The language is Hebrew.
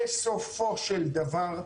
בסופו של דבר,